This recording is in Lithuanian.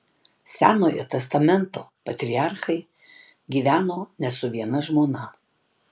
senojo testamento patriarchai gyveno ne su viena žmona